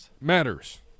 matters